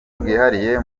bwihariye